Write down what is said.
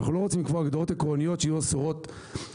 אנחנו לא רוצים לקבוע הגדרות עקרוניות שיהיו אסורות לתמיד.